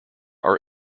are